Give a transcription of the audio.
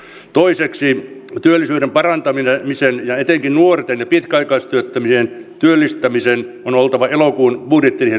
toiseksi työllisyyden parantamisen ja etenkin nuorten ja pitkäaikaistyöttömien työllistämisen on oltava elokuun budjettiriihen ykkösasia